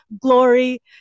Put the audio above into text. glory